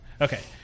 Okay